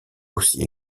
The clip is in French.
aussi